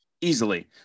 Easily